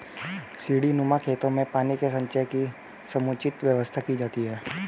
सीढ़ीनुमा खेतों में पानी के संचय की समुचित व्यवस्था की जाती है